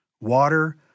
water